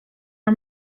are